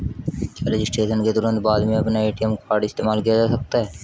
क्या रजिस्ट्रेशन के तुरंत बाद में अपना ए.टी.एम कार्ड इस्तेमाल किया जा सकता है?